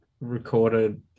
recorded